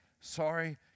sorry